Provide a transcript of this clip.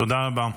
תודה רבה.